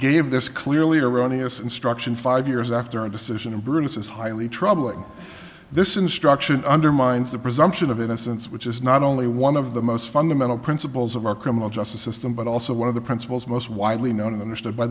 gave this clearly erroneous instruction five years after a decision in bruce's highly troubling this instruction undermines the presumption of innocence which is not only one of the most fundamental principles of our criminal justice system but also one of the principles most widely known and understood by